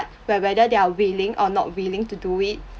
where whether they're willing or not willing to do it